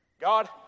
God